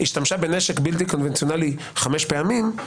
השתמשה בנשק בלתי-קונבנציונלי חמש פעמים,